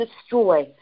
destroy